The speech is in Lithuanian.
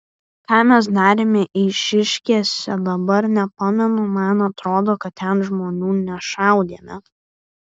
ką mes darėme eišiškėse dabar nepamenu man atrodo kad ten žmonių nešaudėme